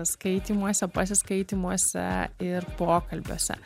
skaitymuose pasiskaitymuose ir pokalbiuose